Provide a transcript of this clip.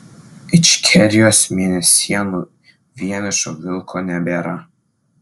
ičkerijos mėnesienų vienišo vilko nebėra